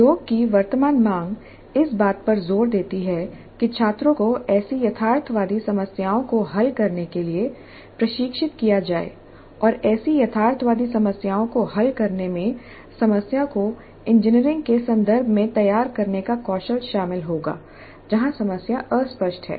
उद्योग की वर्तमान मांग इस बात पर जोर देती है कि छात्रों को ऐसी यथार्थवादी समस्याओं को हल करने के लिए प्रशिक्षित किया जाए और ऐसी यथार्थवादी समस्याओं को हल करने में समस्या को इंजीनियरिंग के संदर्भ में तैयार करने का कौशल शामिल होगा जहां समस्या अस्पष्ट है